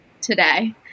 today